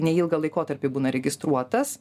neilgą laikotarpį būna registruotas